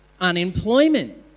unemployment